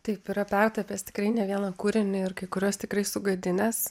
taip yra pertapęs tikrai ne vieną kūrinį ir kai kuriuos tikrai sugadinęs